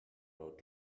road